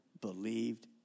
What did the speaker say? believed